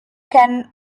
can